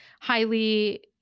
highly